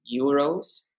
euros